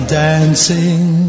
dancing